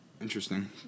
Interesting